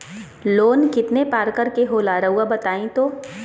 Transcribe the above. Loan कितने पारकर के होला रऊआ बताई तो?